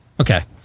Okay